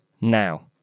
now